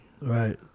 right